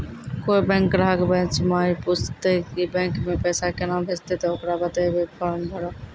कोय बैंक ग्राहक बेंच माई पुछते की बैंक मे पेसा केना भेजेते ते ओकरा बताइबै फॉर्म भरो